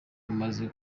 umaze